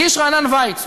הגיש רענן וייץ,